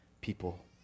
people